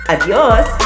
Adios